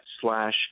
slash